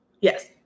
Yes